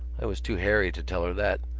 i was too hairy to tell her that.